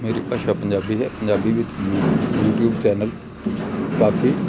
ਮੇਰੀ ਭਾਸ਼ਾ ਪੰਜਾਬੀ ਹੈ ਪੰਜਾਬੀ ਵਿੱਚ ਯੂਟੀਊਬ ਚੈਨਲ ਕਾਫ਼ੀ